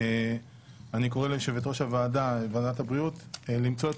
אני קורא ליושבת-ראש ועדת הבריאות למצוא את